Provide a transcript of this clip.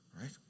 right